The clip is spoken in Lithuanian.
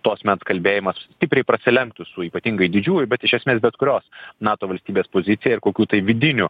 to asmens kalbėjimas stipriai prasilenktų su ypatingai didžiųjų bet iš esmės bet kurios nato valstybės pozicija ir kokių tai vidinių